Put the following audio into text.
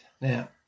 Now